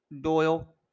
Doyle